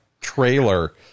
trailer